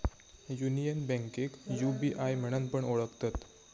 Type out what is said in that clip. union बैंकेक UBI म्हणान पण ओळखतत